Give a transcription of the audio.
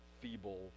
feeble